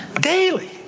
Daily